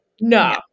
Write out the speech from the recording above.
No